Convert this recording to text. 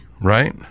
right